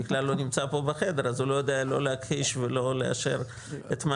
הוא בכלל לא נמצא פה בחדר אז הוא לא יודע לא להכחיש ולא לאשר את מה